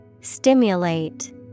Stimulate